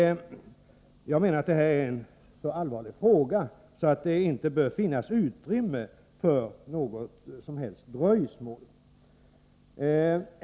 Men jag menar att detta är en så allvarlig fråga att det inte bör finnas utrymme för något som helst dröjsmål.